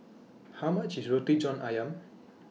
How much IS Roti John Ayam